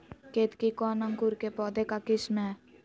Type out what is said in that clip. केतकी कौन अंकुर के पौधे का किस्म है?